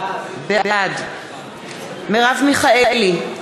בעד מרב מיכאלי,